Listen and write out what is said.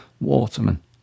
Waterman